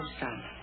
son